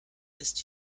ist